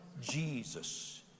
jesus